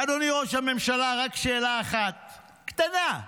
אדוני ראש הממשלה, רק שאלה אחת קטנה: